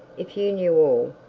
if you knew all,